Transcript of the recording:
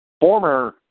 Former